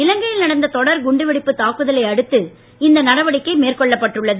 இலங்கையில் நடந்த தொடர் குண்டு வெடிப்பு தாக்குதலையடுத்து நடவடிக்கை இந்த மேற்கொள்ளப்பட்டுள்ளது